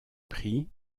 pris